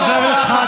חבר הכנסת